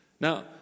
Now